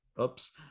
oops